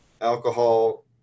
alcohol